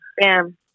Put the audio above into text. Bam